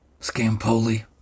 Scampoli